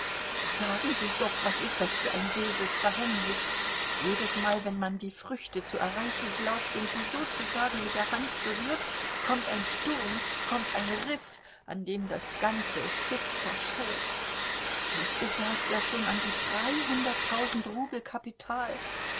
sagen sie doch was ist das für ein böses verhängnis jedesmal wenn man die früchte zu erreichen glaubt und sie sozusagen mit der hand berührt kommt ein sturm kommt ein riff an dem das ganze schiff zerschellt ich besaß ja schon an die dreihunderttausend rubel kapital